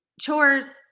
chores